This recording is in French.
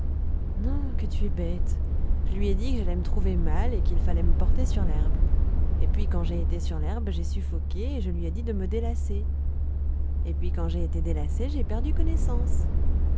que tu es bête je lui ai dit que j'allais me trouver mal et qu'il fallait me porter sur l'herbe et puis quand j'ai été sur l'herbe j'ai suffoqué et je lui ai dit de me délacer et puis quand j'ai été délacée j'ai perdu connaissance